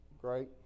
great